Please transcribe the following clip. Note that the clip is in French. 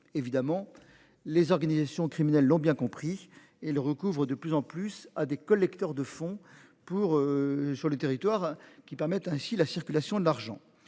évidemment les organisations criminelles l'ont bien compris et le recouvre de plus en plus à des collecteurs de fonds pour. Sur les territoires qui permettent ainsi la circulation de l'argent,